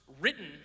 written